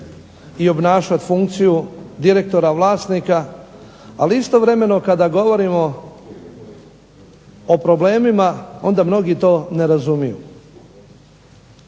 i obnašati funkciju direktora vlasnika, ali istovremeno kada govorimo o problemima onda mnogi to ne razumiju.